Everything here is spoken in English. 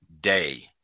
day